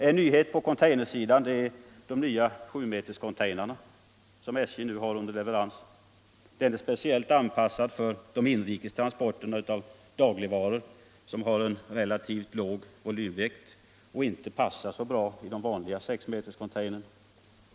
En nyhet är den nya 7-meterscontainern, som SJ nu har under leverans. Den är speciellt anpassad för de inrikes transporterna av dagligvaror, som har en relativt låg volymvikt och inte passar så bra i den vanliga 6-meterscontainern.